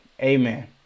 Amen